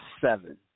seven